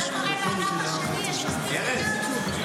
גם עוד שעה אני אתן לך.